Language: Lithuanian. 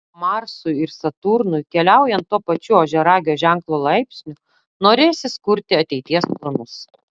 marsui ir saturnui keliaujant tuo pačiu ožiaragio ženklo laipsniu norėsis kurti ateities planus